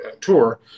tour